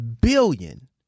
billion